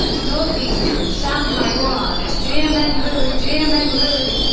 northeast from shanhaiguan is jiumenkou jiumenkou,